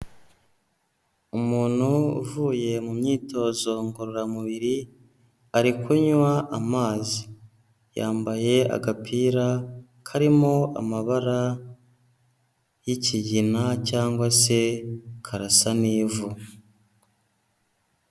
Umuntu uvuye mu myitozo ngororamubiri ari kunywa amazi, yambaye agapira karimo amabara y'ikigina cyangwa se karasa n'ivu.